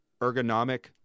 ergonomic